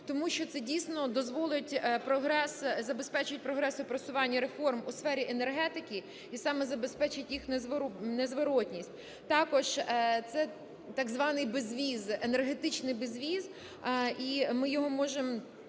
тому що це, дійсно, забезпечить прогрес у просуванні реформ у сфері енергетики і саме забезпечить їх незворотність. Також це так званий безвіз, енергетичний безвіз. І ми можемо